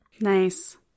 Nice